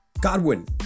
Godwin